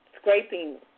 scraping